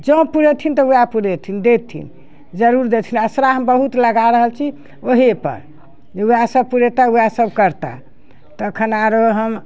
जौं पुरेथिन तऽ वएह पुरेथिन देथिन जरूर देथिन असरा हम बहुत लगा रहल छी ओहिएपर जे वएह सभ पुरेता वएह सभ करता तखन आरो हम